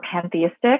pantheistic